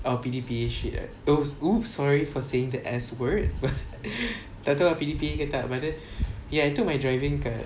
our P_D_P_A shit oh !oops! sorry for saying the S word tak tahu ah P_D_P_A ke tak eh I took my driving kat